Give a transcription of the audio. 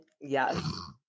Yes